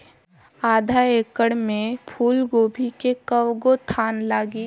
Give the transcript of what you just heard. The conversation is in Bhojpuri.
आधा एकड़ में फूलगोभी के कव गो थान लागी?